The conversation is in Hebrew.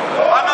יא נוכל,